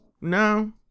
No